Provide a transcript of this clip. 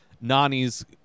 nani's